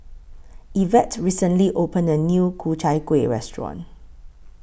Evette recently opened A New Ku Chai Kuih Restaurant